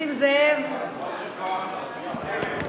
בית-המשפט העליון הוא זה שקובע את מדיניות